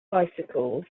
bicycles